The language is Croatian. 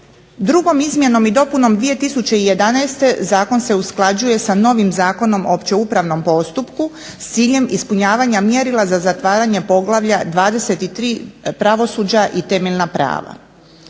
Drugom izmjenom i dopunom 2011. zakon se usklađuje sa novim Zakonom o općem upravnom postupku s ciljem ispunjavanja mjerila za zatvaranje Poglavlja 23. – Pravosuđe i temeljna prava.